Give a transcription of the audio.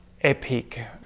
epic